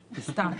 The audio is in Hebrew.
המשפטים.